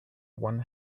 one